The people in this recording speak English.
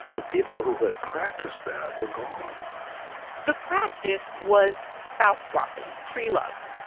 the people who had practiced that were gone the practice was spouse swapping, free love.